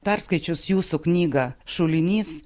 perskaičius jūsų knygą šulinys